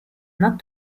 not